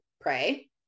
pray